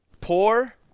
poor